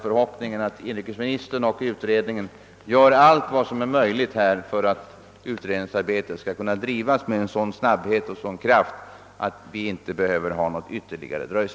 Jag hoppas att inrikesministern och utredningen gör allt som är möjligt för att utredningsarbetet skall kunna drivas med sådan snabbhet och kraft, att ytterligare dröjsmål kan undvikas.